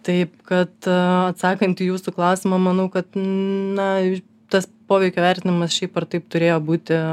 taip kad atsakant į jūsų klausimą manau kad na tas poveikio vertinimas šiaip ar taip turėjo būti